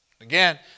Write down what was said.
Again